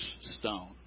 stone